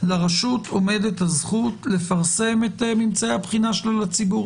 לרשות עומדת הזכות לפרסם את ממצאי הבחינה שלה לציבור